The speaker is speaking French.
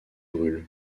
brûlent